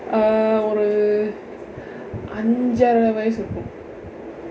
err ஒரு ஐந்து ஆறு வயசு இருக்கும்:oru aindthu aaru vayasu irukkum